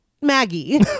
Maggie